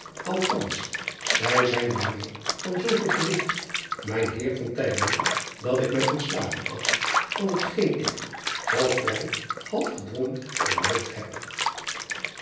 althans zij zijn bij mij van zooveel gewigt mijn eer dat ik mij ontslagen acht van hetgeen ik half vrij half gedwongen beloofd heb